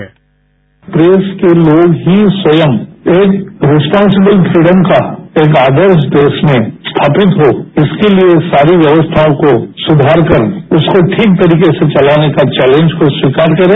sound bite press के लोग ही स्वयं एक रिस्पांसिबल फ्रीडम का एक आदर्श देश में स्थापित हो इसके लिए सारी व्यवस्थाओं को सुधार कर उसको ठीक तरीके से चलाने का चौलेंज को स्वीकार करे